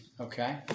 Okay